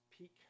peak